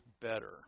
better